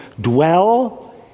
dwell